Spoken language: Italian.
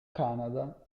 canada